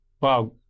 wow